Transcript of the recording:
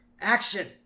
action